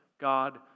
God